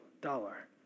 dollar